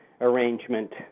arrangement